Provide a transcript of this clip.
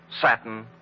satin